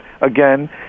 again